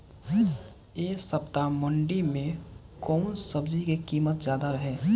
एह सप्ताह मंडी में कउन सब्जी के कीमत ज्यादा रहे?